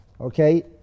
Okay